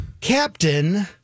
Captain